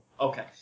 Okay